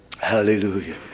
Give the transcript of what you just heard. hallelujah